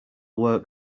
work